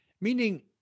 meaning